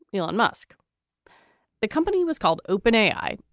elon musk the company was called open a i,